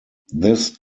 this